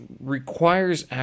requires